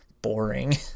boring